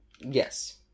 Yes